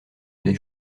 des